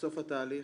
בסוף התהליך.